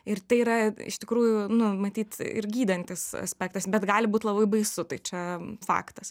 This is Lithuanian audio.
ir tai yra iš tikrųjų nu matyt ir gydantis aspektas bet gali būt labai baisu tai čia faktas